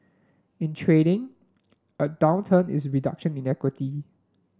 in trading a is a reduction in equity